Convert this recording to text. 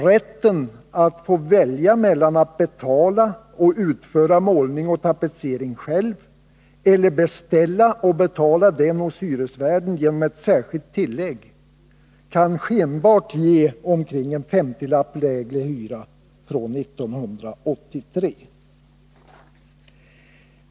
”Rätten” att få välja mellan att betala och utföra målning och tapetsering själv eller beställa den hos hyresvärden och betala genom ett särskilt tillägg kan skenbart ge omkring en femtiolapps lägre hyra — från 1983!